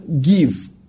Give